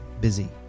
busy